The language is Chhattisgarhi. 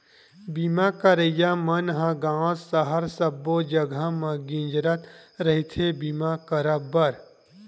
बीमा करइया मन ह गाँव सहर सब्बो जगा म गिंजरत रहिथे बीमा करब बर